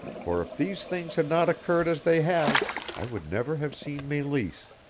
for if these things had not occurred as they have i would never have seen meleese.